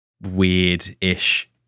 weird-ish